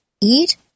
Eat